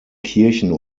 kirchen